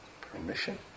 Permission